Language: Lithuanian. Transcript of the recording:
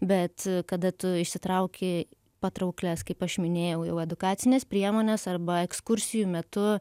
bet kada tu išsitrauki patrauklias kaip aš minėjau jau edukacines priemones arba ekskursijų metu